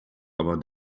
aber